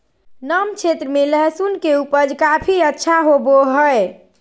नम क्षेत्र में लहसुन के उपज काफी अच्छा होबो हइ